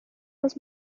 was